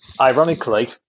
Ironically